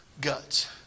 guts